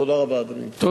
תודה רבה, אדוני.